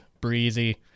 breezy